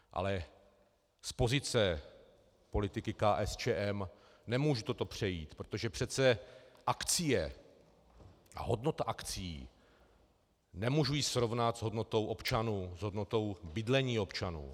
Ale z pozice politiky KSČM nemůžu toto přejít, protože přece akcie a hodnota akcií, nemůžu ji srovnat s hodnotou občanů, s hodnotou bydlení občanů.